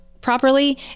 properly